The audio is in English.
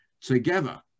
together